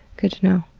good to know.